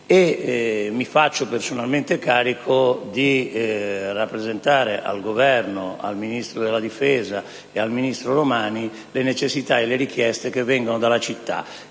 mi faccio personalmente carico di rappresentare al Governo, nelle persone del Ministro della difesa e del ministro Romani, le necessità e le richieste che vengono dalla città